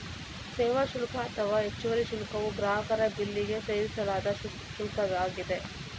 ಸೇವಾ ಶುಲ್ಕ ಅಥವಾ ಹೆಚ್ಚುವರಿ ಶುಲ್ಕವು ಗ್ರಾಹಕರ ಬಿಲ್ಲಿಗೆ ಸೇರಿಸಲಾದ ಶುಲ್ಕವಾಗಿದೆ